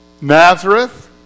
Nazareth